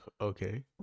Okay